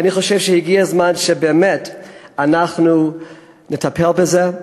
ואני חושב שהגיע הזמן שבאמת אנחנו נטפל בזה.